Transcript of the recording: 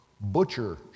butcher